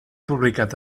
publicat